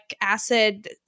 acid